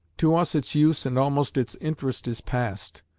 to us its use and almost its interest is passed.